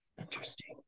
Interesting